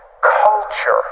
Culture